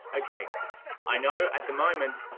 okay i know at the moment,